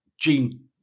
gene